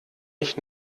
ich